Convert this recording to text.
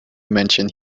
mention